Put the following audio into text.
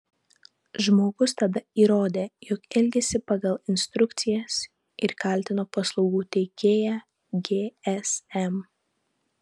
žmogus tada įrodė jog elgėsi pagal instrukcijas ir kaltino paslaugų teikėją gsm